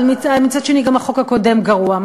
אבל מצד שני גם החוק הקודם גרוע.